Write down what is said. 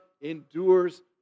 endures